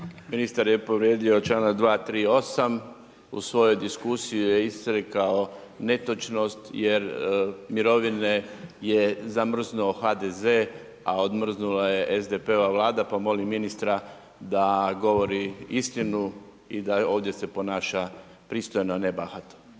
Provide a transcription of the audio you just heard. Ministar je povrijedio čl. 238. u svojoj diskusiji je izrekao netočnost jer mirovine je zamrznuo HDZ, a odmrznula je SDP-ova Vlada pa molim ministra da govori istinu i da ovdje se ponaša pristojno a ne bahato.